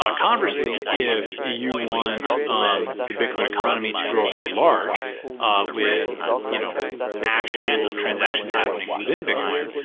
ah conversely, if you want um the bitcoin economy to grow very large ah with you know actual transactions happening within bitcoin,